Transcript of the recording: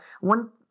one